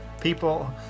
People